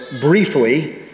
briefly